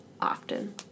Often